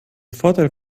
vorteil